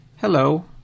hello